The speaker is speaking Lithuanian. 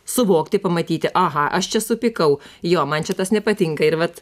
suvokti pamatyti aha aš čia supykau jo man čia tas nepatinka ir vat